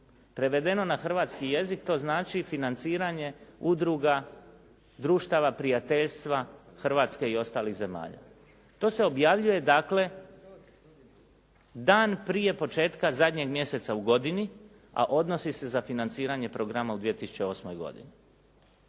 Prevedeno na hrvatski jezik to znači financiranje udruga društava prijateljstva Hrvatske i ostalih zemalja. To se objavljuje dakle dan prije početka zadnjeg mjeseca u godini a odnosi se za financiranje programa u 2008. godini.